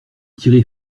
tiré